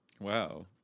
Wow